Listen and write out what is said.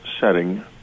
setting